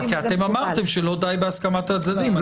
כי אתם אמרתם שלא די בהסכמת הצדדים.